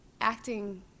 acting